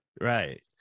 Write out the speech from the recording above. Right